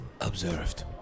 observed